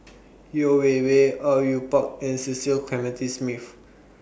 Yeo Wei Wei Au Yue Pak and Cecil Clementi Smith